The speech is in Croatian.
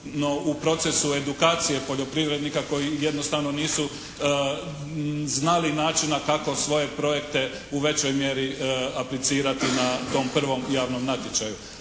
u procesu edukacije poljoprivrednika koji jednostavno nisu znali način kako svoje projekte u većoj mjeri aplicirati na tom prvom javnom natječaju.